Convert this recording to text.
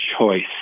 choice